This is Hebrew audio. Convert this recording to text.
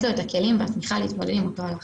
לו את הכלים והתמיכה להתמודד עם אותו הלחץ.